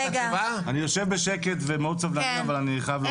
אני יושב בשקט ומאוד סבלני אבל אני חייב לומר משהו.